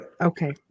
Okay